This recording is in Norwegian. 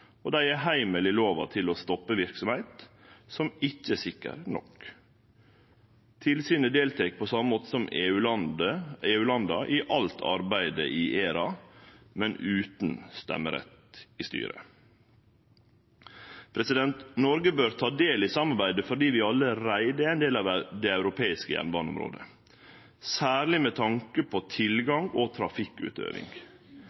og dei har heimel i lova til å stoppe verksemder som ikkje er sikre nok. Tilsynet deltek på same måte som EU-landa i alt arbeidet i ERA, men utan stemmerett i styret. Noreg bør ta del i samarbeidet fordi vi allereie er ein del av det europeiske jernbaneområdet, særleg med tanke på